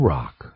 Rock